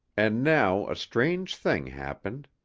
and now a strange thing happened.